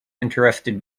interested